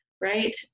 Right